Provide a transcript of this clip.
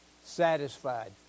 Satisfied